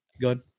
good